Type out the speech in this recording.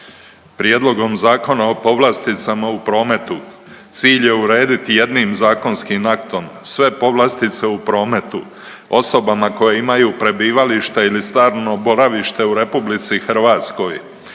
Prijedlogom Zakona o povlasticama u prometu cilj je urediti jednim zakonskim aktom sve povlastice u prometu osobama koje imaju prebivalište ili stalno boravište u RH, koje